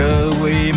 away